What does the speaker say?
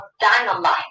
dynamite